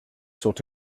sought